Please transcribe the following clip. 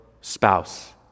spouse